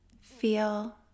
feel